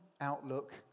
outlook